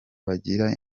bagira